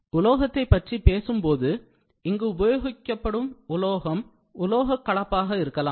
உலோகத்தைப் பற்றி பேசும்போது இங்கு உபயோகிக்கப்படும் உலோகம் உலோக கலப்பாக இருக்கலாம்